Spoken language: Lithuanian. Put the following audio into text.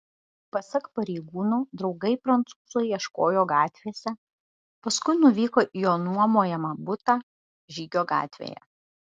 pasak pareigūnų draugai prancūzo ieškojo gatvėse paskui nuvyko į jo nuomojamą butą žygio gatvėje